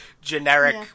generic